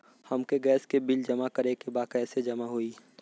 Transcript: हमके गैस के बिल जमा करे के बा कैसे जमा होई?